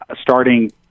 starting